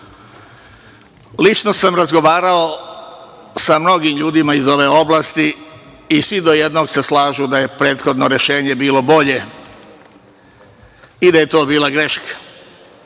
sam razgovarao sa mnogim ljudima iz ove oblasti i svi do jednog se slažu da je prethodno rešenje bilo bolje i da je to bila greška.